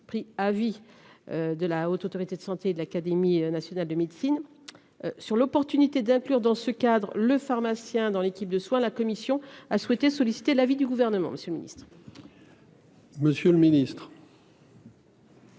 prix avis. De la Haute autorité de santé de l'académie a. De médecine. Sur l'opportunité d'inclure dans ce cadre, le pharmacien dans l'équipe de soins. La commission a souhaité solliciter l'avis du gouvernement, monsieur le ministre. Monsieur le Ministre.